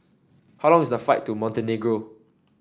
how long is the flight to Montenegro